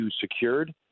secured